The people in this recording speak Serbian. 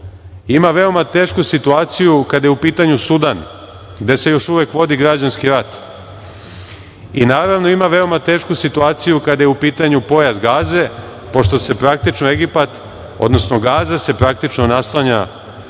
ima veoma tešku situaciju kada je u pitanju Sudan gde se još uvek vodi građanski rat i, naravno, ima veoma tešku situaciju kada je u pitanju Pojas Gaze, pošto se praktično Egipat, odnosno Gaza se praktično naslanja na